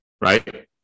right